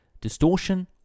distortion